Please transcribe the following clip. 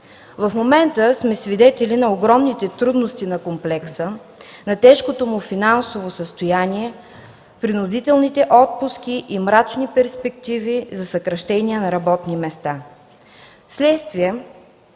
В момента сме свидетели на огромните трудности на комплекса, на тежкото му финансово състояние, принудителните отпуски и мрачните перспективи за съкращения на работни места. Вследствие